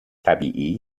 طبیعی